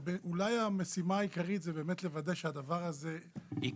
אולי המשימה העיקרית זה באמת לוודא שהדבר הזה יקרה.